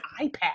iPad